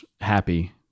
happy